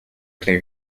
clear